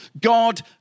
God